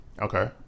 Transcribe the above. Okay